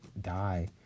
die